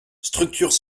structures